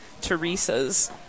Teresa's